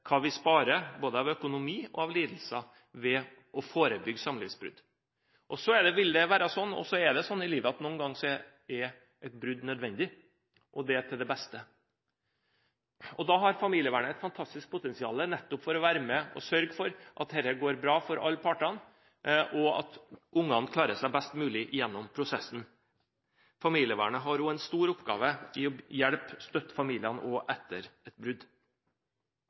av lidelser ved å forebygge samlivsbrudd. Så er det sånn i livet at noen ganger er et brudd nødvendig og til det beste. Da har familievernet et fantastisk potensial nettopp til å sørge for at dette går bra for alle parter, og at ungene klarer seg best mulig gjennom prosessen. Familievernet har også en stor oppgave med hensyn til å hjelpe og støtte familiene etter et brudd.